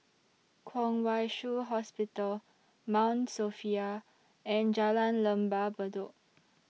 Kwong Wai Shiu Hospital Mount Sophia and Jalan Lembah Bedok